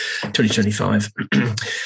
2025